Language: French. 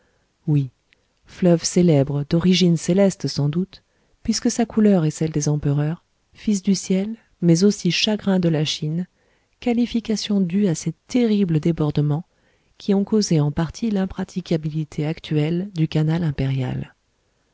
oui fleuve célèbre d'origine céleste sans doute puisque sa couleur est celle des empereurs fils du ciel mais aussi chagrin de la chine qualification due à ses terribles débordements qui ont causé en partie l'impraticabilité actuelle du canal impérial